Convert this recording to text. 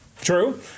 true